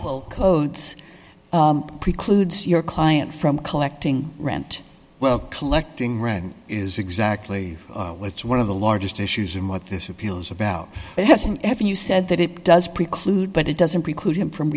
the codes precludes your client from collecting rent well collecting rent is exactly what's one of the largest issues in what this appeals about it hasn't if you said that it does preclude but it doesn't preclude him from